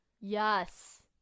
Yes